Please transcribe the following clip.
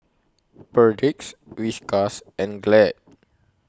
Perdix Whiskas and Glad